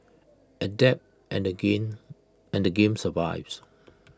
adapt and the gain and the game survives